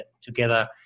together